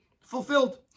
fulfilled